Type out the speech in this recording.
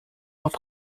leurs